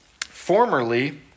Formerly